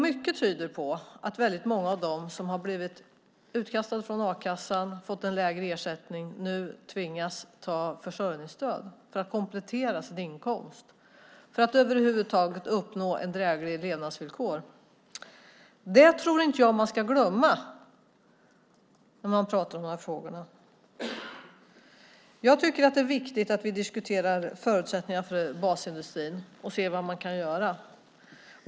Mycket tyder på att väldigt många av dem som har blivit utkastade från a-kassan, fått en lägre ersättning, nu tvingas ta försörjningsstöd för att komplettera sin inkomst för att över huvud taget uppnå drägliga levnadsvillkor. Det tror jag inte att man ska glömma när man pratar om de här frågorna. Jag tycker att det är viktigt att vi diskuterar förutsättningarna för basindustrin och ser vad man kan göra.